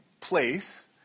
place